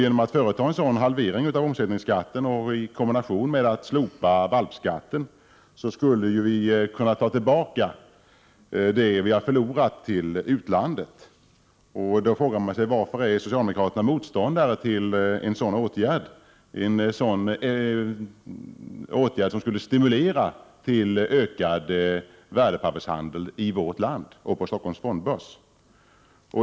Genom att vidta en sådan halvering i kombination med att slopa ”valpskatten” skulle vi kunna ta tillbaka det vi har förlorat till utlandet. Då frågar man sig: Varför är socialdemokraterna motståndare till en sådan åtgärd, som skulle stimulera till ökad värdepappershandel i vårt land och på Stockholms fondbörs?